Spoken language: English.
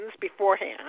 beforehand